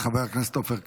חבר הכנסת עופר כסיף.